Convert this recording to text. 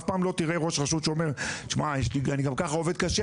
אף פעם לא תראה ראש רשות שאומר: אני גם ככה עובד קשה,